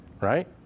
right